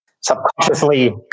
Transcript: subconsciously